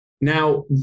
Now